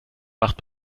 macht